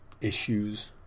issues